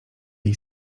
jej